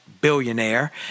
billionaire